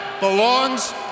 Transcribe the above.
belongs